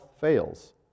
fails